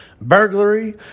burglary